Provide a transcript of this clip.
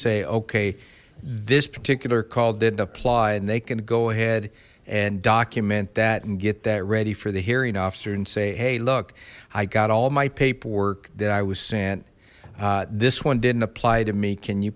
say okay this particular call didn't apply and they can go ahead and document that and get that ready for the hearing officer and say hey look i got all my paperwork that i was sent this one didn't apply to me can you